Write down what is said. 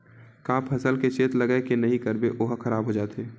का फसल के चेत लगय के नहीं करबे ओहा खराब हो जाथे?